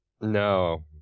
no